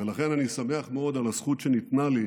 לכן אני שמח מאוד על הזכות שניתנה לי,